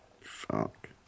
Fuck